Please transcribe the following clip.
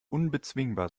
unbezwingbar